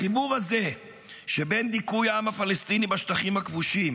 בחיבור הזה שבין דיכוי העם הפלסטיני בשטחים הכבושים